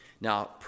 Now